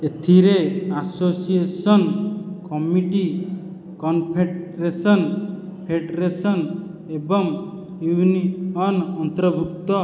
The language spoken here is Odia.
ଏଥିରେ ଆସୋସିଏସନ କମିଟି କନଫେଡ଼େରେସନ ଫେଡ଼େରେସନ ଏବଂ ୟୁନିୟନ ଅନ୍ତର୍ଭୁକ୍ତ